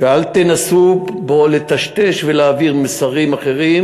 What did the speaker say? ואל תנסו פה לטשטש ולהעביר מסרים אחרים,